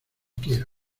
quiero